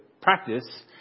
practice